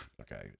Okay